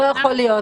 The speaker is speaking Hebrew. לא יכול להיות,